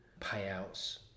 payouts